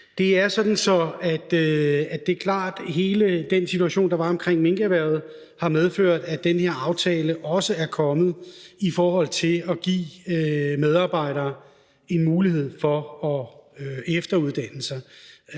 det er klart, at hele den situation, der var omkring minkerhvervet, har medført, at den her aftale også er kommet i forhold til at give medarbejdere en mulighed for at efteruddanne sig.